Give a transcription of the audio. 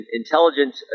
intelligence